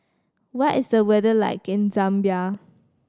what is the weather like in Zambia